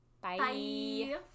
Bye